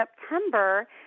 September